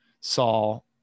Saul